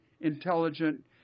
intelligent